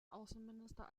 außenminister